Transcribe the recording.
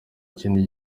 kindi